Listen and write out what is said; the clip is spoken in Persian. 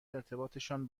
ارتباطشان